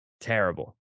terrible